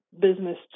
business